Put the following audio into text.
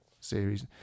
series